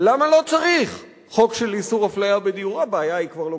למה לא צריך חוק של איסור אפליה בדיור: הבעיה היא כבר לא